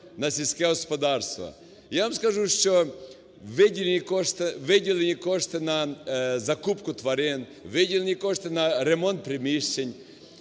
на сільське господарство. Я вам скажу, що виділені кошти на закупку тварин, виділені кошти на ремонт приміщень,